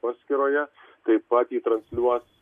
paskyroje taip pat jį transliuos